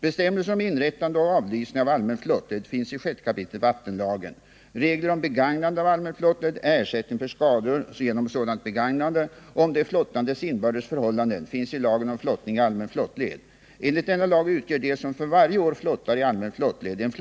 Bestämmelser om inrättande och avlysning av allmän flottled finns i 6 kap. vattenlagen . Regler om begagnande av allmän flottled, ersättning för skador genom sådant begagnande och om de flottandes inbördes förhållanden finns i lagen om flottning i allmän flottled. Enligt denna lag utgör de som för varje år flottar i allmän flottled en